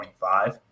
25